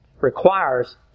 requires